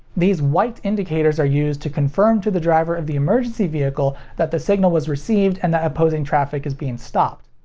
these white indicators are used to confirm to the driver of the emergency vehicle that the signal was received and that opposing traffic is being stopped.